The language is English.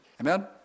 Amen